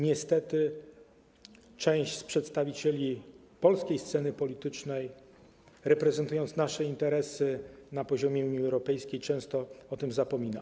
Niestety część przedstawicieli polskiej sceny politycznej, reprezentując nasze interesy na poziomie Unii Europejskiej, często o tym zapomina.